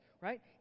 right